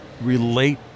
relate